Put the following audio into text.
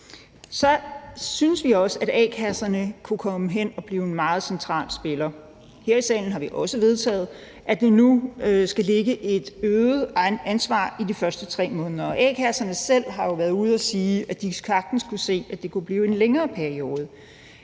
Så synes vi også, at a-kasserne kunne komme hen at blive en meget central spiller. Her i salen har vi også vedtaget, at vi nu skal lægge et øget ansvar på a-kasserne i de første 3 måneder. A-kasserne selv har jo været ude at sige, at de sagtens kunne se, at det kunne blive en længere periode.